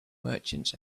merchants